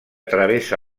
travessa